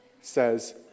says